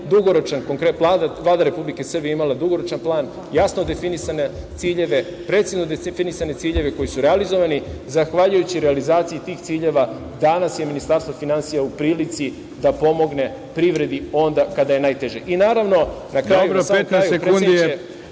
završim. Dakle, Vlada Republike Srbije je imala dugoročan plan, jasno definisane ciljeve, precizno definisane ciljeve koji su realizovani. Zahvaljujući realizaciji tih ciljeva danas je Ministarstvo finansija u prilici da pomogne privredi onda kada je najteže. Naravno na samom kraju, predsedniče…